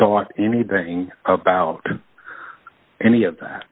thought anything about any of that